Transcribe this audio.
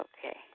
Okay